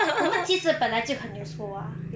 我们其实本来就很 useful ah